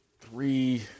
three